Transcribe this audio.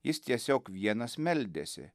jis tiesiog vienas meldėsi